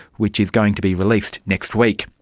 which is going to be released next week.